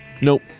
Nope